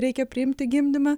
reikia priimti gimdymą